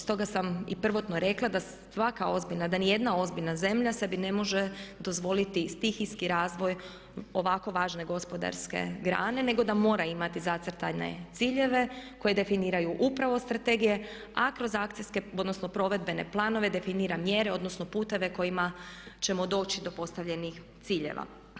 Stoga sam i prvotno rekla da svaka ozbiljna, da niti jedna ozbiljna zemlja sebi ne može dozvoliti stihijski razvoj ovako važne gospodarske grane nego da mora imati zacrtane ciljeve koji definiraju upravo strategije a kroz akcijske, odnosno provedbene planove definira mjere, odnosno putove kojima ćemo doći do postavljenih ciljeva.